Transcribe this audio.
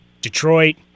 Detroit